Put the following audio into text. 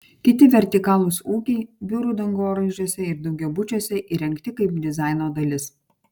kiti vertikalūs ūkiai biurų dangoraižiuose ir daugiabučiuose įrengti kaip dizaino dalis